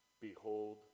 behold